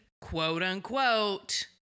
quote-unquote